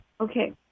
Okay